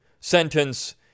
sentence